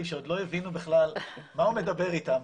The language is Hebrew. כשעוד לא הבינו בכלל מה הוא מדבר איתם,